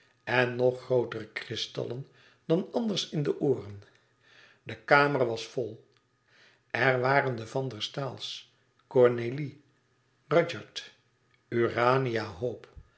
en nog grootere kristallen dan anders in de ooren de kamer was vol er waren de van der staals cornélie rudyard urania